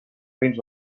veïns